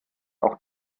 auch